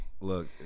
Look